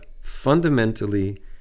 fundamentally